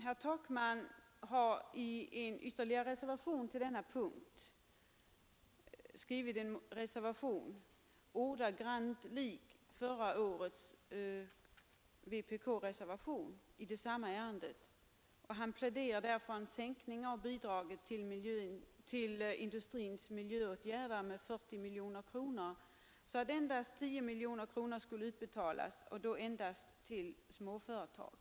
Herr Takman har vid denna punkt skrivit en reservation — ordagrant lik förra årets vpk-reservation i samma ärende — där han pläderar för en sänkning av bidraget till industrins miljöåtgärder med 40 miljoner kronor, så att endast 10 miljoner kronor skulle utbetalas, och då endast till småföretag.